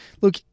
look